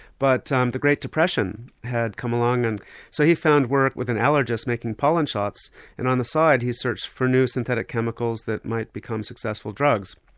but um the great depression had come along and so he found work with an allergist making pollen shots and on the side he searched for new synthetic chemicals that might become successful drugs.